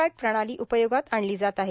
पॅट प्रणाली उपयोगात आणली जात आहे